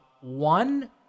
One